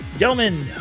Gentlemen